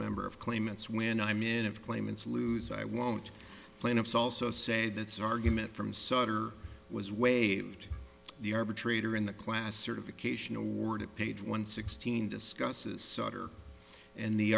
member of claimants when i'm in of claimants lose i won't plaintiffs also say that's argument from sutter was waived the arbitrator in the class certification award at page one sixteen discusses sutter and the